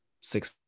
six